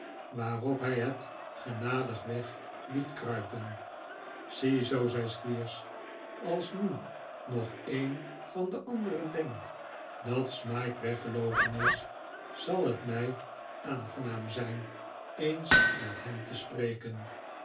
waarop hij het genadig weg liet kruipen ziezoo zei squeers als nu nog een van de anderen denkt dat smike weggeloopen is zal het mij aangenaam zijn eens met hem te spreken